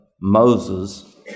Moses